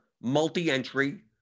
multi-entry